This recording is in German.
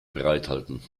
bereithalten